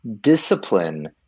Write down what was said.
discipline